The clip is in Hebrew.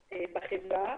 בחברה,